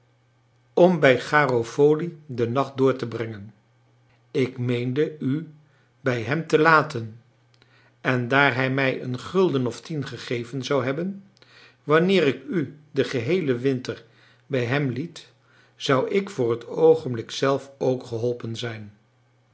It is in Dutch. om bij garofoli den nacht door te brengen ik meende u bij hem te laten en daar hij mij een gulden of tien gegeven zou hebben wanneer ik u den geheelen winter bij hem liet zou ik voor het oogenblik zelf ook geholpen zijn